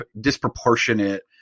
disproportionate